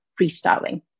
freestyling